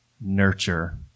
nurture